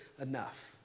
enough